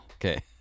Okay